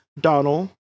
Donald